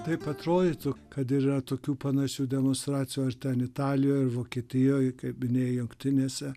taip atrodytų kad yra tokių panašių demonstracijų ar ten italijoj ar vokietijoj kaip minėjai jungtinėse